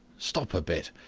stop a bit!